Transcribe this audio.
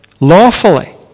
Lawfully